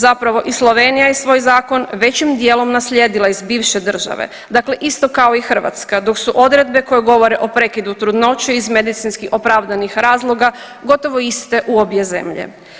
Zapravo i Slovenija je svoj zakon većim dijelom naslijedila iz bivše države, dakle isto kao i Hrvatska dok su odredbe koje govore o prekidu trudnoće iz medicinski opravdanih razloga gotovo iste u obje zemlje.